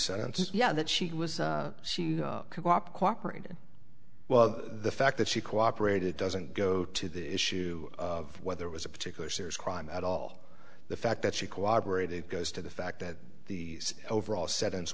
sentence is yeah that she was she cooperated well the fact that she cooperated doesn't go to the issue of whether it was a particular serious crime at all the fact that she cooperated it goes to the fact that the overall sentence